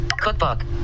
cookbook